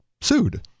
sued